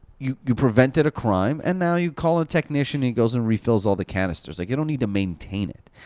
you you prevented a crime. and now you call a technician, he goes and refills all the canisters. like, you don't need to maintain it.